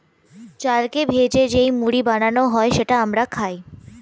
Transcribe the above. চালকে ভেজে যেই মুড়ি বানানো হয় সেটা আমরা খাই